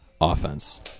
offense